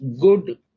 good